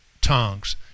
tongues